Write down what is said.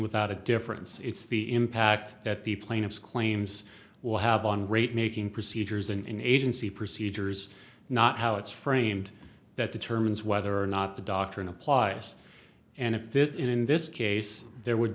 without a difference it's the impact that the plaintiff's claims will have on rate making procedures and agency procedures not how it's framed that determines whether or not the doctrine applies and if this is in this case there would